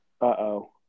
Uh-oh